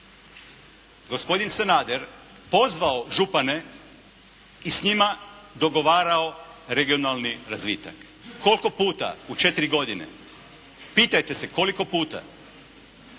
gospodin Sanader pozvao župane i s njima dogovarao regionalni razvitak? Koliko puta u 4 godine? Pitajte se koliko puta?